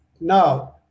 Now